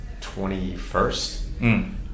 21st